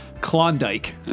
Klondike